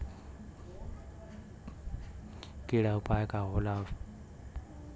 कीड़ा लगले के दूर करे के उपाय का होला और और का उपाय करें कि होयी की कीड़ा न लगे खेत मे?